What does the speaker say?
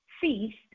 feast